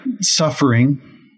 suffering